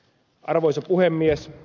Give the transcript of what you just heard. arvoisa puhemies